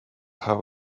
how